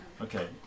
Okay